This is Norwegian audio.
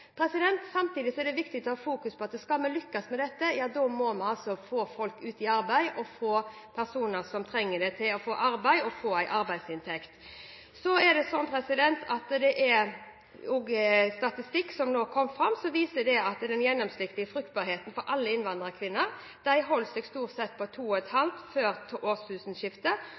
Samtidig er det viktig å ha fokus på at skal vi lykkes med dette, må vi få folk ut i arbeid og få personer som trenger det, til å få arbeid og en arbeidsinntekt. Det har nå kommet statistikk som viser at den gjennomsnittlige fruktbarheten for alle innvandrerkvinner holdt seg stort sett på 2,5 barn før årtusenskiftet, og tallet har nå sunket: I 2012 fikk innvandrerkvinner 2,1 barn per kvinne, og det gjennomsnittet er det samme som hos etnisk norske kvinner. Da går Stortinget til